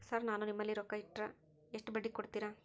Sir ನಾನು ನಿಮ್ಮಲ್ಲಿ ರೊಕ್ಕ ಇಟ್ಟರ ಎಷ್ಟು ಬಡ್ಡಿ ಕೊಡುತೇರಾ?